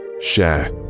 share